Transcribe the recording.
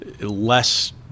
less